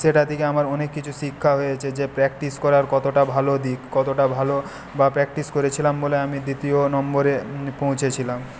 সেটা থেকে আমার অনেক কিছু শিক্ষা হয়েছে যে প্র্যাক্টিস করার কতোটা ভালো দিক কতটা ভালো বা প্র্যাকটিস করেছিলাম বলে আমি দ্বিতীয় নম্বরে পৌঁছেছিলাম